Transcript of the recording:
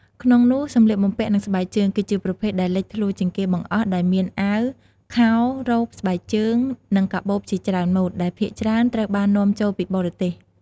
ក្នុងនោះ សម្លៀកបំពាក់ និងស្បែកជើង គឺជាប្រភេទដែលលេចធ្លោជាងគេបង្អស់ ដោយមានអាវ ខោ រ៉ូប ស្បែកជើង និងកាបូបជាច្រើនម៉ូដ ដែលភាគច្រើនត្រូវបាននាំចូលពីបរទេស។